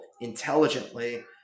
intelligently